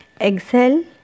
exhale